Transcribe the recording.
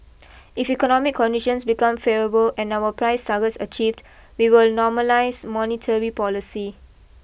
if economic conditions become favourable and our price target is achieved we will normalise monetary policy